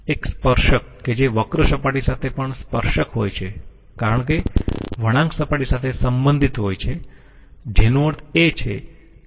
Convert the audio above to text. એક સ્પર્શક કે જે વક્ર સપાટી સાથે પણ સ્પર્શક હોય છે કારણ કે વળાંક સપાટી સાથે સંબંધિત હોય છે જેનો અર્થ છે કે તે સબસેટ છે